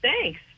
thanks